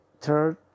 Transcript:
third